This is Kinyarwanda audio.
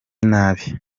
nabi